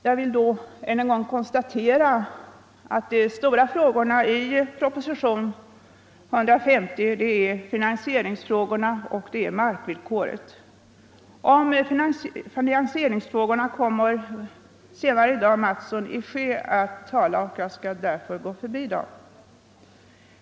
Jag vill då än en gång konstatera att de stora frågorna i propositionen 150 är finansieringsfrågorna och markvillkoret. Om finansieringsfrågorna kommer senare i dag herr Mattsson i Skee att tala, och jag skall därför gå förbi dem.